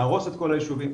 להרוס את כל הישובים,